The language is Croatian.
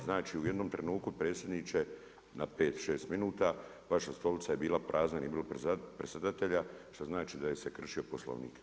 Znači u jednom trenutku predsjedniče na pet, šest minuta vaša stolica je bila prazna, nije bilo predsjedatelja što znači da se kršio Poslovnik.